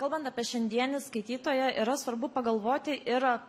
kalbant apie šiandienį skaitytoją yra svarbu pagalvoti ir